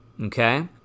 okay